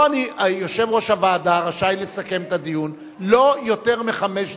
יושב-ראש הוועדה רשאי לסכם את הדיון בלא יותר מחמש דקות,